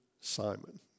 Simon